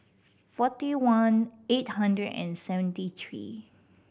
forty one eight hundred and seventy three